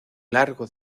largo